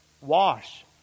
Wash